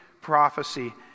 prophecy